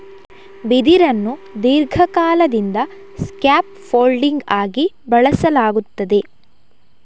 ಬಿದಿರನ್ನು ದೀರ್ಘಕಾಲದಿಂದ scaffolding ಆಗಿ ಬಳಸಲಾಗುತ್ತದೆ